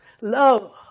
love